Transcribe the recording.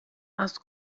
aus